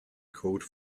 code